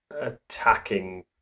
attacking